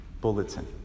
bulletin